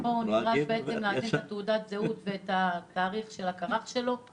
פה הוא נדרש להכניס את תעודת הזהות ואת תאריך הכר"ח שלו.